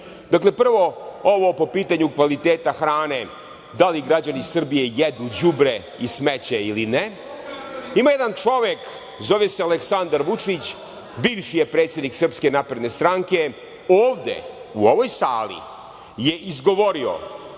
prvo, ovo po pitanju kvaliteta hrane, da li građani Srbije jedu đubre i smeće ili ne. Ima jedan čovek, zove se Aleksandar Vučić, bivši je predsednik Srpske napredne stranke. Ovde u ovoj sali je izgovorio